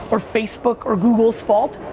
or facebook, or google's fault.